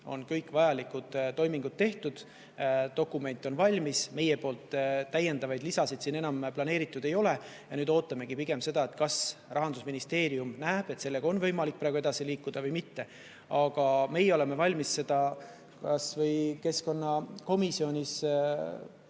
on kõik vajalikud toimingud tehtud, dokument on valmis, meie täiendavaid lisasid enam planeerinud ei ole ja nüüd ootamegi pigem seda, kas Rahandusministeerium näeb, et sellega on võimalik praegu edasi liikuda või mitte. Aga meie oleme valmis seda tutvustama kas keskkonnakomisjonis